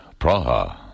Praha